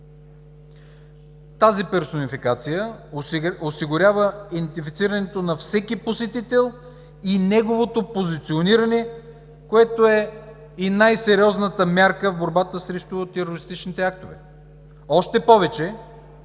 Тази персонификация осигурява идентифицирането на всеки посетител и неговото позициониране, което е и най-сериозната мярка в борбата срещу терористичните актове, още повече